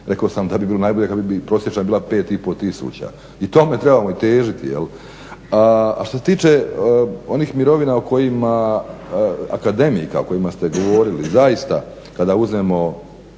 rekao sam da bi bilo najbolje kad bi prosječna bila 5500 kuna. I tome trebamo i težiti jel'. A što se tiče onih mirovina o kojima, akademika, o kojima ste govorili zaista kada uzmemo